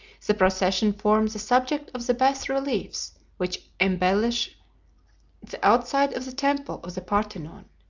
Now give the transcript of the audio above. the procession formed the subject of the bas-reliefs which embellished the outside of the temple of the parthenon.